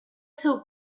seu